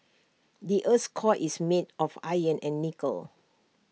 the Earth's core is made of iron and nickel